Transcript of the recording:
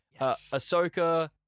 Ahsoka